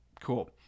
cool